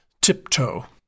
tiptoe